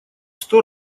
сто